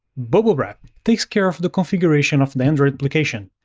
bubblewrap takes care of the configuration of the android application.